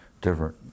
different